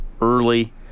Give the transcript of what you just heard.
early